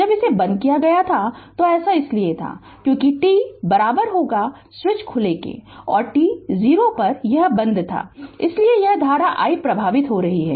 जब इसे बंद किया गया था तो ऐसा इसलिए था क्योंकि t स्विच खुला था और t 0 इससे पहले यह बंद था इसलिए यह धारा i प्रवाहित हो रही है